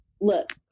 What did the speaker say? Look